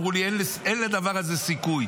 אמרו לי: אין לדבר הזה סיכוי,